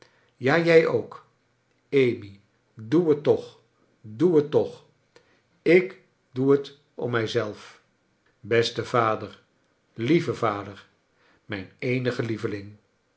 ja jij ook amy doe het toch doe het toch ik doe het om mij zelf beste vader lieve vader mijn eenige lieveling